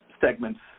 segments